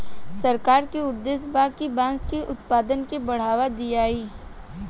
सरकार के उद्देश्य बा कि बांस के उत्पाद के बढ़ावा दियाव